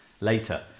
later